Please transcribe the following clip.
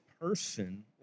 person